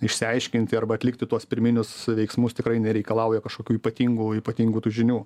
išsiaiškinti arba atlikti tuos pirminius veiksmus tikrai nereikalauja kažkokių ypatingų ypatingų tų žinių